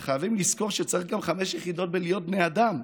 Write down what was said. אבל חייבים לזכור שצריך גם חמש יחידות בלהיות בני אדם.